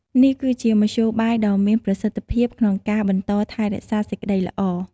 នេះគឺជាមធ្យោបាយដ៏មានប្រសិទ្ធភាពក្នុងការបន្តថែរក្សាសេចក្តីល្អ។